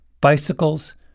Bicycles